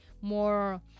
more